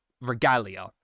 regalia